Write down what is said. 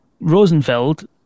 Rosenfeld